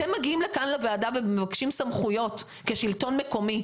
אתם מגיעים לכאן לוועדה ומבקשים סמכויות כשלטון מקומי,